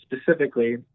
specifically